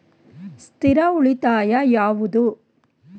ಸ್ಥಿರ ಉಳಿತಾಯ ಯಾವುದು?